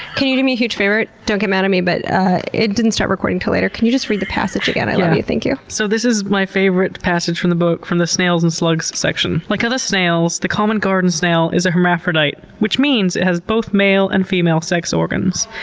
can you do me a huge favor? don't get mad at me but it didn't start recording until later. can you just read the passage again? i love you. thank you. so, this is my favorite passage from the book from the snails and slugs section like other snails, the common garden snail is a hermaphrodite, which means it has both male and female sex organs.